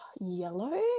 Yellow